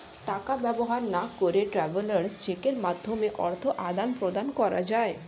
টাকা ব্যবহার না করে ট্রাভেলার্স চেকের মাধ্যমে অর্থ আদান প্রদান করা যায়